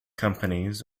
companies